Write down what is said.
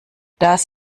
das